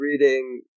reading